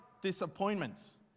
disappointments